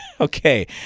Okay